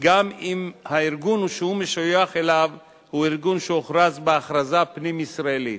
גם אם הארגון שהוא משויך אליו הוא ארגון שהוכרז בהכרזה פנים-ישראלית.